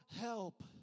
help